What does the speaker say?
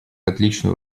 отличную